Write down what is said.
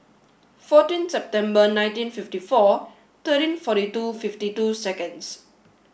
fourteen September ninteen fifty four thirteen forty two fifty two seconds